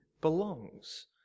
belongs